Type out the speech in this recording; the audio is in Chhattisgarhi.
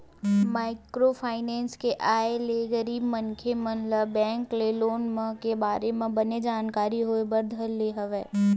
माइक्रो फाइनेंस के आय ले गरीब मनखे मन ल बेंक के लोन मन के बारे म बने जानकारी होय बर धर ले हवय